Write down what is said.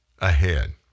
ahead